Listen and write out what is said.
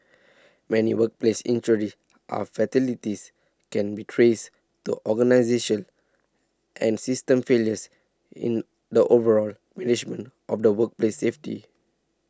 many workplace injuries are fatalities can be traced to organisation and system failures in the overall management of the workplace safety